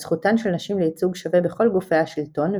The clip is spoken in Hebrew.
על זכותן של נשים לייצוג שווה בכל גופי השלטון,